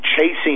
chasing